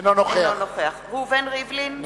אינו נוכח ראובן ריבלין,